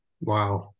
Wow